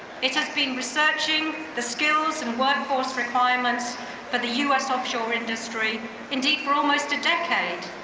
it has been researching the skills and workforce requirements for the us offshore industry indeed for almost a decade.